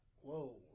Whoa